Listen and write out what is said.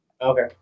Okay